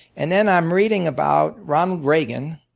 and then i'm reading about ronald regan,